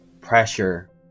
pressure